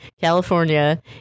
California